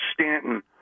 Stanton